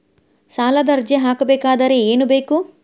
ಸಾಲದ ಅರ್ಜಿ ಹಾಕಬೇಕಾದರೆ ಏನು ಬೇಕು?